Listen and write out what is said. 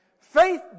Faith